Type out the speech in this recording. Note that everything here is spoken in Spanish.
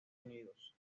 unidos